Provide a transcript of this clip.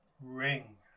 ring